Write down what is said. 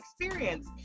experience